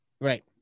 right